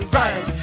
right